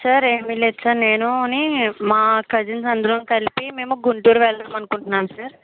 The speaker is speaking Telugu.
సార్ ఏమిలేదు సార్ నేనుని మా కజిన్స్ అందరం కలిసి మేము గుంటూరు వెళదాం అనుకుంటున్నాము సార్